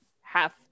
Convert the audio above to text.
half